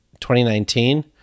2019